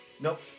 Nope